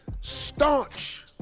staunch